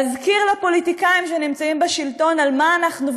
להזכיר לפוליטיקאים שנמצאים בשלטון על מה אנחנו,